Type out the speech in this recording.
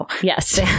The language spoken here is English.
Yes